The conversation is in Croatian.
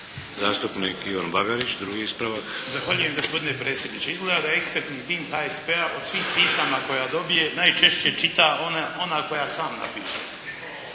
Zastupnik Ivan Bagarić, drugi ispravak. **Bagarić, Ivan (HDZ)** Zahvaljujem gospodine predsjedniče. Izgleda da ekspertni tim HSP-a od svih pisama koje dobije najčešće čita ona koja sam napiše.